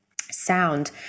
sound